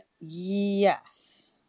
Yes